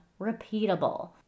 repeatable